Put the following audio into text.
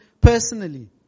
personally